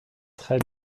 très